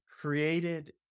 created